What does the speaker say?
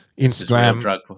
Instagram